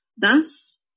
Thus